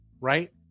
right